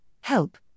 help